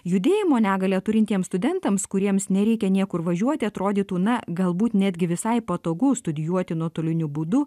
judėjimo negalią turintiems studentams kuriems nereikia niekur važiuoti atrodytų na galbūt netgi visai patogu studijuoti nuotoliniu būdu